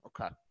okay